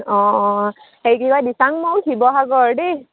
অঁ অ হেৰি কি কয় দিচাংমুখ শিৱসাগৰ দেই